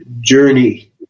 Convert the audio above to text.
journey